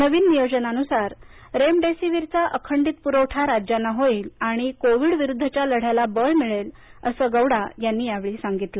नवीन नियोजनानुसार रेमडेसीवीरचा अखंडित पुरवठा राज्यांना होईल आणि कोविडविरुद्धच्या लढ्याला बळ मिळेल असं गौडा यांनी सांगितलं